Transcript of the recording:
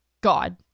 God